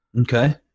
Okay